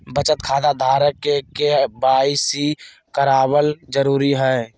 बचत खता धारक के के.वाई.सी कराबल जरुरी हइ